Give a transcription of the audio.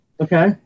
Okay